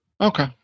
Okay